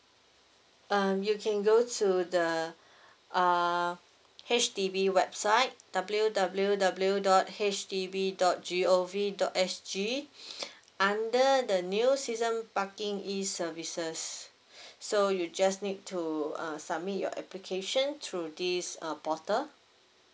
um you can go to the uh H_D_B website W W W dot H D B dot G O V dot S G under the new season parking E services so you just need to uh submit your application through this uh portal